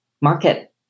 market